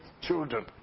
children